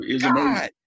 god